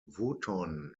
wootton